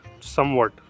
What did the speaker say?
somewhat